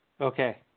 Okay